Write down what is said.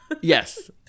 Yes